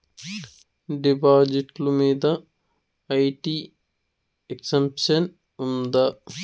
డిపాజిట్లు మీద IT exemption ఉందా?